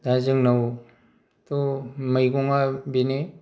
दा जोंनावथ' मैगंआ बेनो